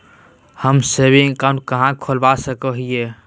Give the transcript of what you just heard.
हम saving account कहाँ खोलवा सको हियै?